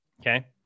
Okay